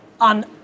on